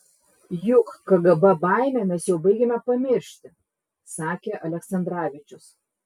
juk kgb baimę mes jau baigiame pamiršti sakė aleksandravičius